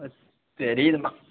தெரியுதுமா